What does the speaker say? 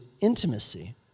intimacy